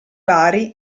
bari